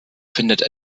findet